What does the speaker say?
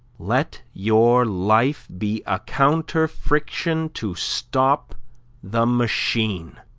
let your life be a counter-friction to stop the machine.